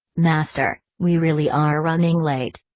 master, we really are running late.